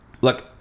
look